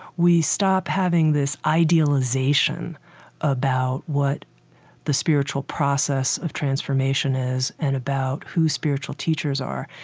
we stop having this idealization about what the spiritual process of transformation is and about who spiritual teachers are.